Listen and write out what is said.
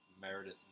Meredith